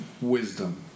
wisdom